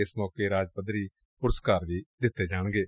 ਏਸ ਮੌਕੇ ਰਾਜ ਪੱਧਰੀ ਪੁਰਸਕਾਰ ਵੀ ਦਿੱਤੇ ਜਾਣਗੇ